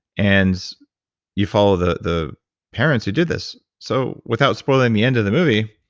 and you followed the the parents who did this. so without spoiling the end of the movie,